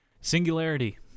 Singularity